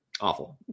Awful